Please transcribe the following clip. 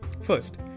First